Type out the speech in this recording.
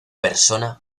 persona